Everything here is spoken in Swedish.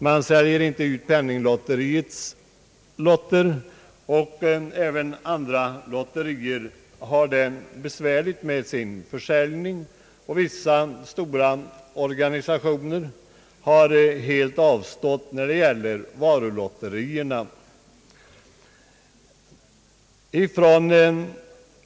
Man säljer inte ut Penninglotteriets lotter, och även andra lotterier har det besvärligt med sin försäljning. Vissa stora organisationer har helt avstått vad gäller varulotterierna.